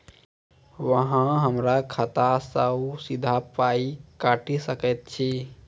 अहॉ हमरा खाता सअ सीधा पाय काटि सकैत छी?